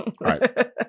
right